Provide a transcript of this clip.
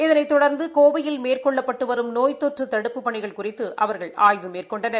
இதனைத் தொடர்ந்து கோவையில் மேற்கொள்ளப்பட்டு வரும் நோய் தொற்று தடுப்புப் பணிகள் குறித்து அவர்கள் ஆய்வு மேற்கொண்டனர்